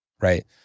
Right